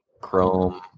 chrome